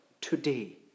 today